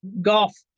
golf